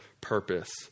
purpose